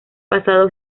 pasado